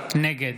נגד